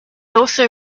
also